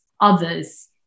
others